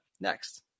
next